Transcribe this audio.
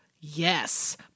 yes